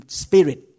spirit